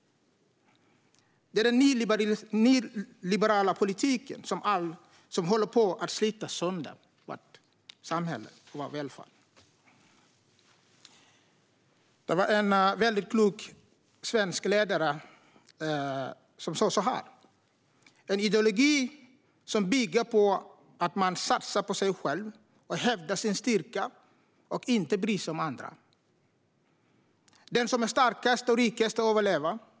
Det är den nyliberala politiken som håller på att slita sönder vårt samhälle och vår välfärd. Det var en väldigt klok svensk ledare som sa så här: Det är en ideologi som bygger på att man satsar på sig själv, hävdar sin styrka och inte bryr sig om andra. Den som är starkast och rikast överlever.